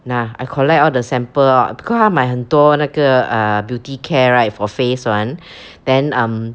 nah I collect all the sample orh because 她买很多那个 uh beauty care right for face [one] then um